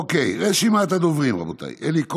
אוקיי, רשימת הדוברים, רבותיי: אלי כהן,